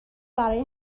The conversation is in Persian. برای